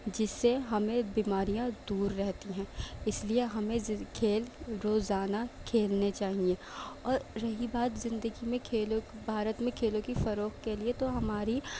جس سے ہمیں بیماریاں دور رہتی ہیں اس لئے ہمیں کھیل روزانہ کھیلنے چاہئیں اور رہی بات زندگی میں کھیلوں کو بھارت میں کھیلوں کی فروغ کے لئے تو ہماری